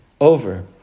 Over